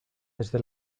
desde